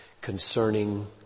concerning